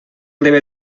debe